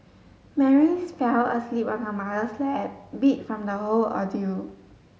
Mary's fell asleep on her mother's lap beat from the whole ordeal